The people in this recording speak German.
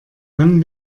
wann